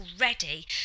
already